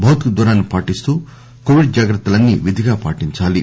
భౌతిక దూరాన్ని పాటిస్తూ కోవిడ్ జాగ్రత్తలన్నీ విధిగా పాటించాలి